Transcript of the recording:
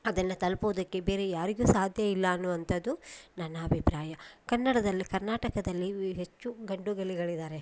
ಅದನ್ನು ತಲುಪೋದಕ್ಕೆ ಬೇರೆ ಯಾರಿಗೂ ಸಾಧ್ಯ ಇಲ್ಲ ಅನ್ನುವಂಥದ್ದು ನನ್ನ ಅಭಿಪ್ರಾಯ ಕನ್ನಡದಲ್ಲಿ ಕರ್ನಾಟಕದಲ್ಲಿ ವಿ ಹೆಚ್ಚು ಗಂಡುಗಲಿಗಳಿದ್ದಾರೆ